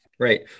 Right